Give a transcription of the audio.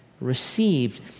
received